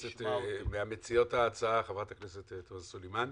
ממציעות ההצעה, חברת הכנסת תומא סלימאן.